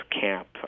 camp